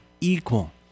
equal